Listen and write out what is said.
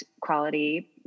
quality